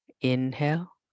Inhale